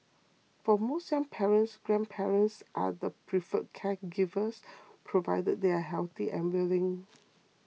for most young parents grandparents are the preferred caregivers provided they are healthy and willing